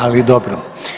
Ali dobro.